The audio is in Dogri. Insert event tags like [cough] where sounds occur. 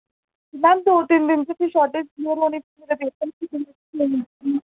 मैम दो तिन्न दिन च फिर शार्टेज [unintelligible]